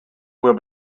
will